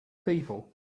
people